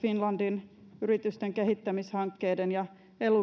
finlandin yritysten kehittämishankkeiden ja